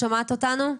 מעורב,